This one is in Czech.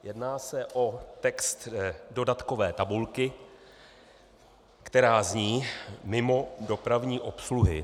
Jedná se o text dodatkové tabulky, která zní: mimo dopravní obsluhy.